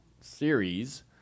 series